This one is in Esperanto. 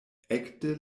ekde